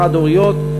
לחד-הוריות,